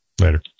Later